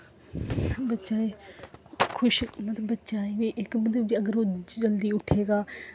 बच्चा खुश मतलब बच्चा इक मतलब ओह् जल्दी उट्ठे गा